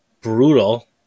brutal